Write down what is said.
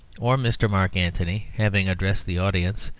or mr. mark antony, having addressed the audience,